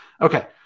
okay